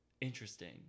Interesting